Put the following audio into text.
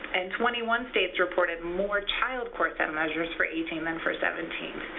and twenty one states reported more child core set measures for eighteen than for seventeen.